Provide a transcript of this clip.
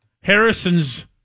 Harrison's